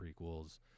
prequels